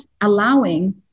allowing